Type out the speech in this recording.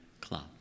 club